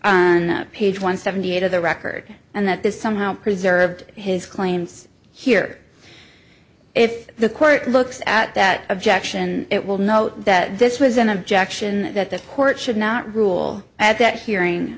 object page one seventy eight of the record and that this somehow preserved his claims here if the court looks at that objection it will note that this was an objection that the court should not rule at that hearing